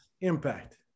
Impact